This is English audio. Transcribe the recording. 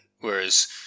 Whereas